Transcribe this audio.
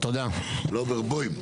לוברבאום.